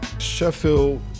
Sheffield